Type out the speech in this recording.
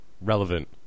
relevant